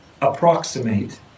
approximate